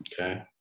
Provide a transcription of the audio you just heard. okay